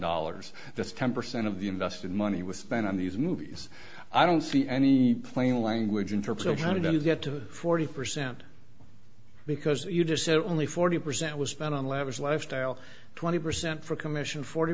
dollars that's ten percent of the invested money was spent on these movies i don't see any plain language in terms of trying to get to forty percent because you just said only forty percent was spent on lavish lifestyle twenty percent for commission forty